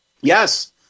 Yes